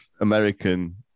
American